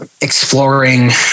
exploring